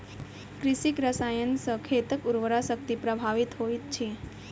कृषि रसायन सॅ खेतक उर्वरा शक्ति प्रभावित होइत अछि